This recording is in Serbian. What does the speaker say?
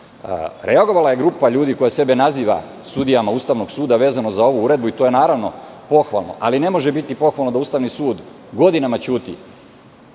Reagovala je grupa ljudi koja sebe naziva sudijama Ustavnog suda, vezano za ovu uredbu, i to naravno pohvalno, ali ne može biti pohvalno da Ustavni sud godinama ćuti,